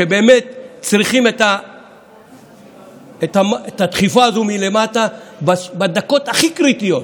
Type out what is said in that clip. שבאמת צריכים את הדחיפה הזו מלמטה בדקות הכי קריטיות,